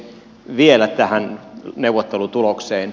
vielä tähän neuvottelutulokseen